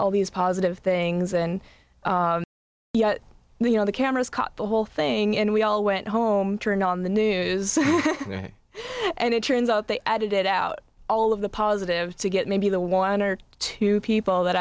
all these positive things and yet you know the cameras caught the whole thing and we all went home turned on the news and it turns out they edited out all of the positive to get maybe the one or two people that